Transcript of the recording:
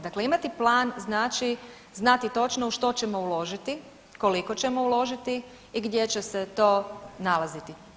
Dakle imati plan znači znati točno u što ćemo uložiti, koliko ćemo uložiti i gdje će se to nalaziti.